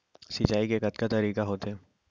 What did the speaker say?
सिंचाई के कतका तरीक़ा होथे?